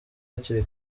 hakiri